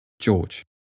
George